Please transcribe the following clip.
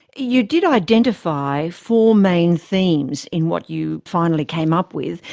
you did identify four main themes in what you finally came up with.